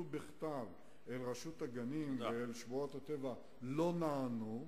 בכתב אל רשות הגנים ואל רשות שמורות הטבע לא נענו,